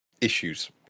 issues